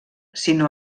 sinó